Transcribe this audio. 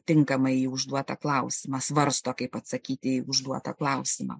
tinkamai į užduotą klausimą svarsto kaip atsakyti į užduotą klausimą